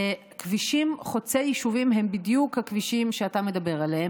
כבישים חוצי יישובים הם בדיוק הכבישים שאתה מדבר עליהם.